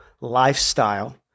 lifestyle